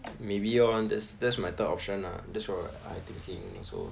maybe lor that's that's my third option lah that's what I thinking also